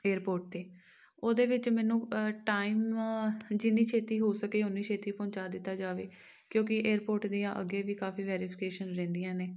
airport 'ਤੇ ਉਹਦੇ ਵਿੱਚ ਮੈਨੂੰ ਟਾਇਮ ਜਿੰਨੀ ਛੇਤੀ ਹੋ ਸਕੇ ਓਨੀ ਛੇਤੀ ਪਹੁੰਚਾ ਦਿੱਤਾ ਜਾਵੇ ਕਿਉਂਕਿ ਏਅਰਪੋਰਟ ਦੀਆਂ ਅੱਗੇ ਵੀ ਕਾਫੀ ਵੈਰੀਫਿਕੇਸ਼ਨ ਰਹਿੰਦੀਆਂ ਨੇ